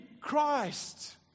Christ